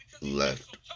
Left